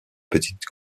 petite